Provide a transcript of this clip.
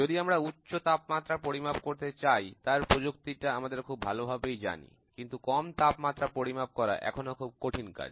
যদি আমরা উচ্চ তাপমাত্রা পরিমাপ করতে চাই তার প্রযুক্তিটা আমরা খুব ভালোভাবেই জানি কিন্তু কম তাপমাত্রা পরিমাপ করা এখনো খুব কঠিন কাজ